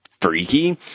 freaky